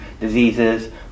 diseases